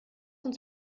uns